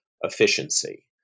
efficiency